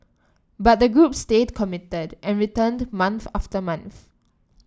but the group stayed committed and returned month after month